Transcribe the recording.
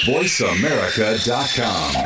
VoiceAmerica.com